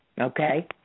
Okay